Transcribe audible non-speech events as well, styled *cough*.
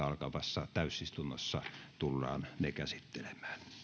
*unintelligible* alkavassa täysistunnossa tullaan ne käsittelemään